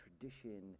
tradition